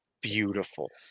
beautiful